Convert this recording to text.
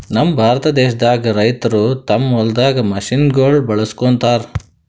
ನಮ್ ಭಾರತ ದೇಶದಾಗ್ ರೈತರ್ ತಮ್ಮ್ ಹೊಲ್ದಾಗ್ ಮಷಿನಗೋಳ್ ಬಳಸುಗತ್ತರ್